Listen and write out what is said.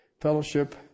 fellowship